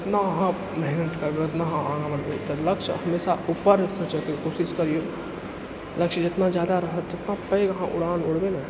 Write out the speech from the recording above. ओतना अहाँ मेहनति करबै ओतना अहाँ आगाँ बढ़बै तऽ लक्ष्य हमेशा उपर सोचैके कोशिश करिऔ लक्ष्य जतना ज्यादा रहत ओतना पैघ अहाँ उड़ान उड़बै ने